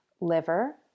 liver